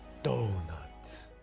donuts.